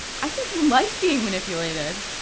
i think you like being manipulated.